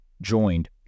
joined